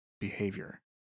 behavior